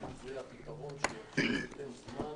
זה הפתרון שייתן זמן